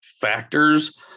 factors